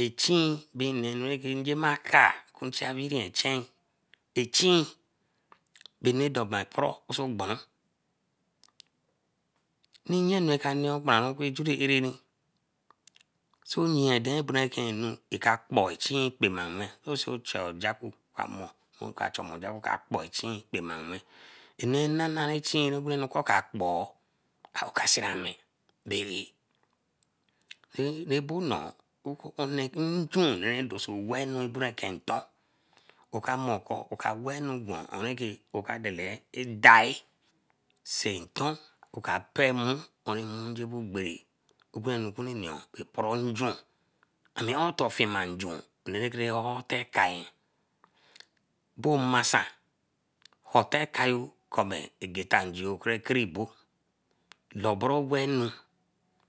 Achin be nanu rema jema nkaa rene achen. A chin bey anura dorma poroo gbonru re ne okparanwo ra ke jue arare. Soe dere eken anu eka kpoi kpemawen ojakpo amor, ojakpo ka kpoi chin kpomawen. Abo noo, nju renke doso wenubureken nyen oka mor kor oka weeh nu gwen oka dala edie sentor oka peemu, mmu jobe ogbere ogunrun anukuni yo bey poron njun. Ame otor fimanjun bo masan opee kayo egeta kere kero abo leberu weenu